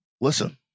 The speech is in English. listen